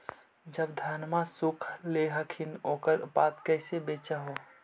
जब धनमा सुख ले हखिन उकर बाद कैसे बेच हो?